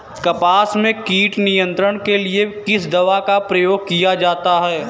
कपास में कीट नियंत्रण के लिए किस दवा का प्रयोग किया जाता है?